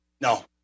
no